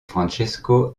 francesco